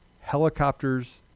helicopters